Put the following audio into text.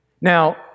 Now